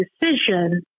decision